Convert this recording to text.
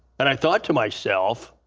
and i thought to myself,